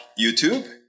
YouTube